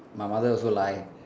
my mother also lie